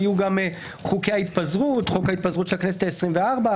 היו גם חוקי ההתפזרות: חוק ההתפזרות של הכנסת העשרים-וארבע,